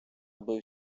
аби